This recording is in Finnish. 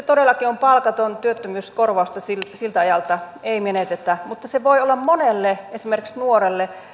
todellakin palkaton työttömyyskorvausta siltä siltä ajalta ei menetetä mutta se voi olla monelle esimerkiksi nuorelle